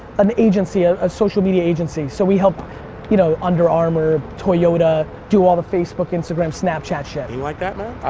an agency, a social media agency. wow. so we help you know under armour, toyota, do all the facebook, instagram, snapchat shit. you like that, man?